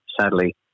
sadly